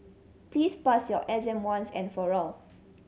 please pass your exam once and for all